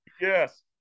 Yes